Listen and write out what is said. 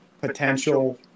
potential